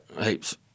heaps